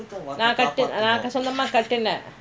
நான்சொந்தமாகட்டுனேன்:naan sonthama kattunen